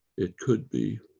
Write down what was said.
it could be